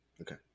Okay